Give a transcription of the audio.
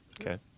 Okay